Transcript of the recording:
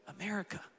America